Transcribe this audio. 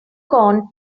corn